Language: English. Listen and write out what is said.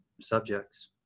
subjects